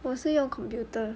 我是用 computer